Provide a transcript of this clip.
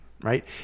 right